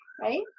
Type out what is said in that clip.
right